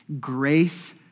grace